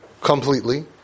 completely